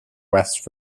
west